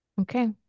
Okay